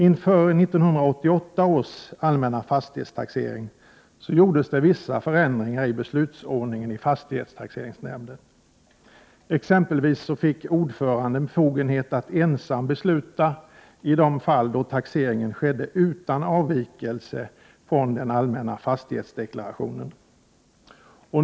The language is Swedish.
Inför 1988 års allmänna fastighetstaxering gjordes det vissa förändringar i beslutsordningen i fastighetstaxeringsnämnden. Ordföranden fick exempelvis befogenhet att ensam besluta i de fall då taxeringen skedde utan avvikelse från den allmänna fastighetsdeklarationen.